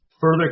further